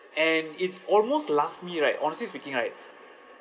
and it almost last me right honestly speaking right